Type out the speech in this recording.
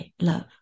love